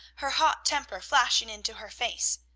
her hot temper flashing into her face,